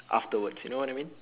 afterwards you know what I mean